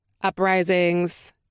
uprisings